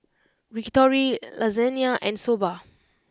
Yakitori Lasagne and Soba